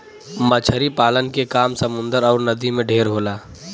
मछरी पालन के काम समुन्दर अउर नदी में ढेर होला